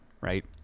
right